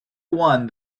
one